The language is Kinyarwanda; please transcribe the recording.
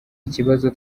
ikibazo